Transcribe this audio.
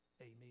amen